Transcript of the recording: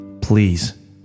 please